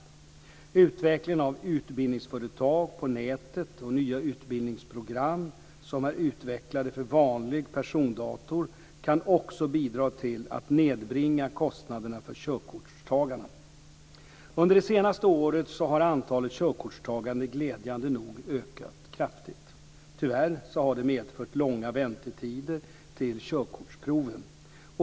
Utvecklingen av utbildningsföretag på nätet och nya utbildningsprogram som är utvecklade för vanlig persondator kan också bidra till att nedbringa kostnaderna för körkortstagarna. Under det senaste året har antalet körkortstagare glädjande nog ökat kraftigt. Tyvärr har det medfört långa väntetider till körkortsproven.